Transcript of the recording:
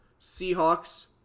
Seahawks